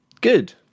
Good